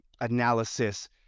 analysis